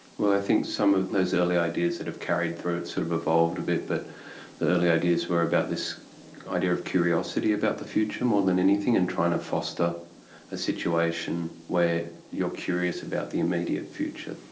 well, i think some of those early ideas that have carried through, it sort of evolved a bit, but the early ideas were about this idea of curiosity about the future more than anything and trying to foster a situation where you are curious about the immediate future,